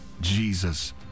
Jesus